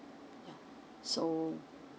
so